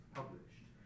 published